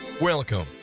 welcome